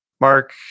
Mark